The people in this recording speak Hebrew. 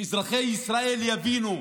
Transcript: שאזרחי ישראל יבינו: